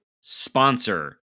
sponsor